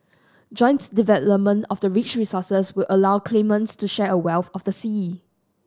joint development of the rich resources would allow claimants to share a wealth of the sea